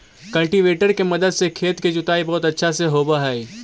cultivator के मदद से खेत के जोताई बहुत अच्छा से होवऽ हई